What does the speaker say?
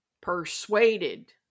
Persuaded